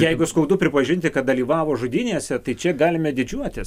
jeigu skaudu pripažinti kad dalyvavo žudynėse tai čia galime didžiuotis